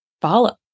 follow